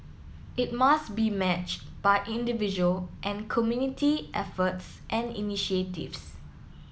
it must be matched by individual and community efforts and initiatives